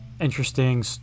interesting